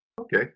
Okay